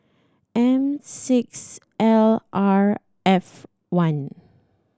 M six L R F one